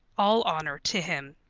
all honor to him.